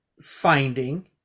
finding